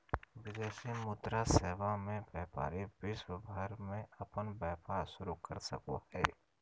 विदेशी मुद्रा सेवा मे व्यपारी विश्व भर मे अपन व्यपार शुरू कर सको हय